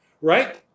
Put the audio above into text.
right